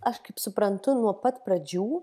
aš kaip suprantu nuo pat pradžių